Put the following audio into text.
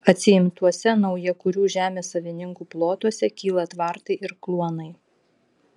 atsiimtuose naujakurių žemės savininkų plotuose kyla tvartai ir kluonai